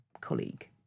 colleague